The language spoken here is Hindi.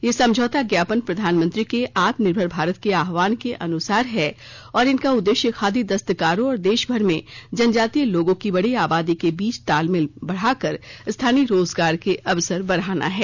ये समझौता ज्ञापन प्रधानमंत्री के आत्मनिर्भर भारत के आह्वान के अनुसार है और इनका उद्देश्य खादी दस्तकारों और देशभर में जनजातीय लोगों की बडी आबादी के बीच तालमेल बढाकर स्थानीय रोजगार के अवसर बढ़ाना है